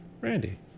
Randy